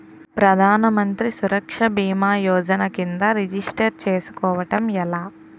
ప్రధాన మంత్రి సురక్ష భీమా యోజన కిందా రిజిస్టర్ చేసుకోవటం ఎలా?